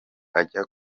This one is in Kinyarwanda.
ajya